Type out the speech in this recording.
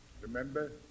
Remember